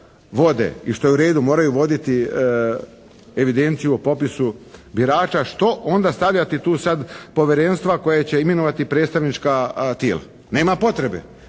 i što je uredu, moraju voditi evidenciju o popisu birača što onda stavljati tu sad povjerenstva koja će imenovati predstavnička tijela? Nema potrebe.